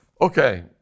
Okay